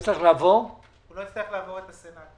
לא יצטרך לעבור את הסנט או משהו כזה.